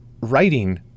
writing